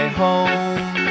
home